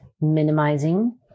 minimizing